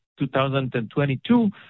2022